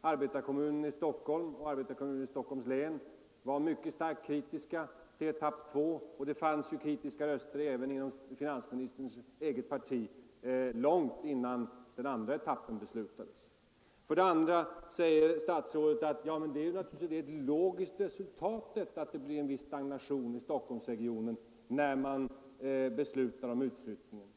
arbetarekommunen i Stockholm och arbetarekommunen i Stockholms län var mycket starkt kritiska till etapp 2, och det fanns kritiska röster även inom finansministerns eget parti långt innan den andra etappen beslutades. Statsrådet säger vidare att det är ett logiskt resultat att det blev en stagnation i Stockholmsregionen när man beslutade om utflyttningen.